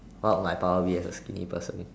what would my power be as a skinny person